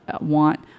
want